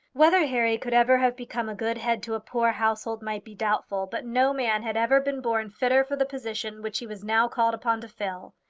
whether harry could ever have become a good head to a poor household might be doubtful, but no man had ever been born fitter for the position which he was now called upon to fill.